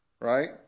right